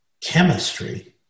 chemistry